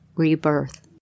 rebirth